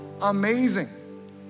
Amazing